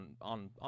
on